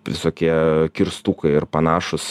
visokie kirstukai ir panašūs